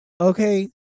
Okay